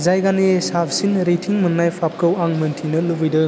जायगानि साबसिन रेटिं मोन्नाय पाबखौ आं मोन्थिनो लुबैदों